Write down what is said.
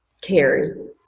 cares